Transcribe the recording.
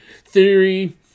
Theory